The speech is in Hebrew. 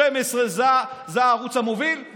12 זה הערוץ המוביל,